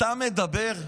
אתה מדבר?